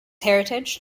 heritage